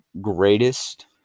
greatest